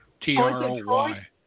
T-R-O-Y